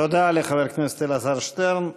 תודה לחבר הכנסת אלעזר שטרן.